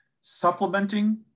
supplementing